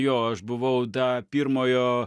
jo aš buvau da pirmojo